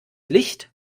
licht